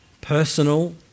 personal